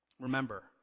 Remember